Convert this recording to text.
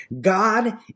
God